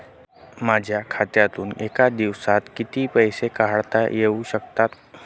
माझ्या खात्यातून एका दिवसात किती पैसे काढता येऊ शकतात?